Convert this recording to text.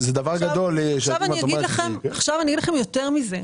אני אומר לכם יותר זה.